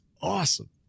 awesome